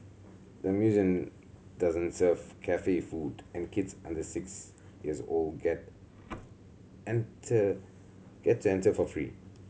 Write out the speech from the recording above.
the museum doesn't serve cafe food and kids under six years old get enter get enter for free